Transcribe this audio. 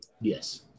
Yes